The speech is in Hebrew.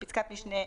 בפסקת משנה (1),